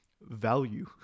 value